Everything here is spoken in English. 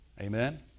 Amen